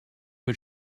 but